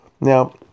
Now